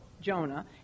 jonah